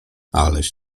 aleś